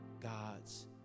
God's